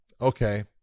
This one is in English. Okay